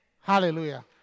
Hallelujah